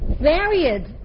varied